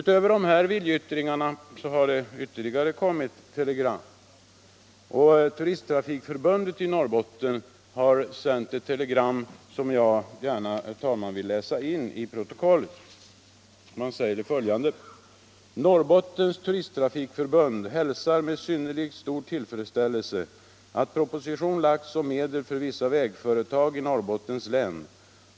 Turisttrafikförbundet i Norrbotten hör till dem som har sänt telegram, och jag vill gärna läsa in det till kammarens protokoll: ”Norrbottens turisttrafikförbund hälsar med synnerligen stor tillfredsställelse att proposition lagts om medel för vissa vägföretag i Norrbottens län.